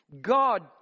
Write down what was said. God